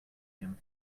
him